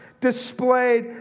displayed